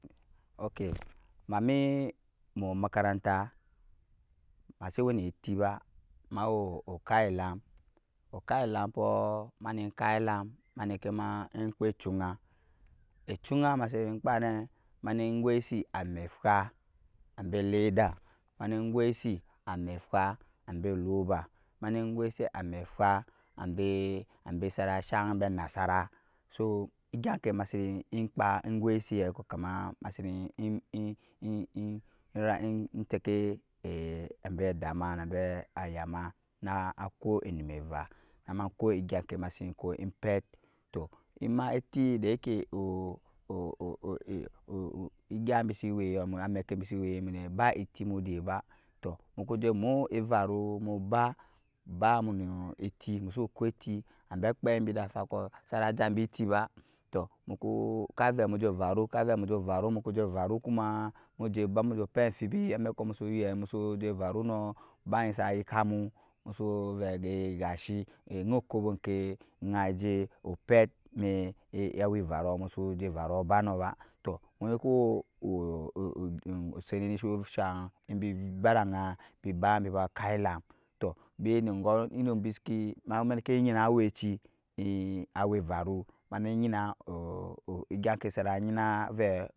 Ok ma mɛ mu omakaranta masɛ we nɛ ɛfɛ ba ma wo ukup elama okap elampɔɔ mani kap elampɔɔ mani cap echunjya echunjya masi ne kpa nɔɔ mani gwɛsi amɛ efa an je leda mani gwɛsi ame efa ambɛ roba so egyan kɛ masin jɛkaka tɛkɛ ambɛ adama na ambɛ ayama nakɔɔ enum eva nama ko evya ke masi ko empɛt tɔɔ ema etɛ da yake egya bɛsi wɛyo ma mɛkɔɔ besi wɛyokɔɔ ba etɛ ba tɔɔ muku jɛ ma evarumuba bamu nɛ etɛ musu ko ɛtɛ xam be kipɛ bɛ da fankɔɔ sa na jambɛ ete ba ttɔɔ muku kave muku yɛ varu muku jɛ varu kumamu jɛbaopet xamfibi amɛkɔɔ musu jɛ yɛnjɛ varu nɔɔ ba gyi sa yaka mu vɛ gashi jyai evɔbɔɔ kɛ jɛ jyai jɛ pɛt na awe varu mu su jɛba nɔba tɔɔ mu sai nɛ ni bi bada ajan ɔbi ba kap elam tɔɔ biye nu dokɔɔ ma niki jyena awɛcɛ awɛ varu ma ni jyɛna egyankɛ sana. jɛna vɛ,